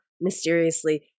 mysteriously